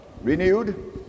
Renewed